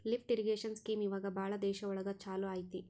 lift irrigation scheme ಇವಾಗ ಭಾಳ ದೇಶ ಒಳಗ ಚಾಲೂ ಅಯ್ತಿ